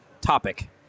topic